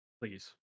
Please